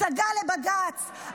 הצגה לבג"ץ,